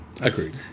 Agreed